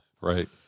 Right